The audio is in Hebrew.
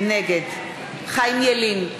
נגד חיים ילין,